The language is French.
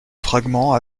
fragment